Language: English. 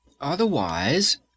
Otherwise